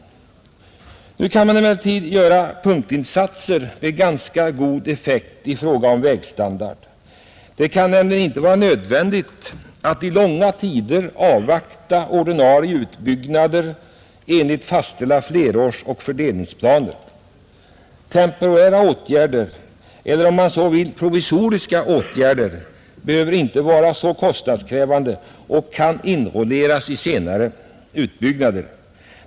Nu kan man emellertid göra punktinsatser med ganska god effekt på vägstandarden. Det kan inte vara nödvändigt att långa tider avvakta ordinarie utbyggnader enligt fastställda flerårsoch fördelningsplaner. Temporära åtgärder eller, om man så vill, provisoriska åtgärder behöver inte vara så kostnadskrävande och utgifterna härför kan inkluderas i senare utbyggnader.